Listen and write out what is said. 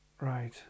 Right